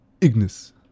Ignis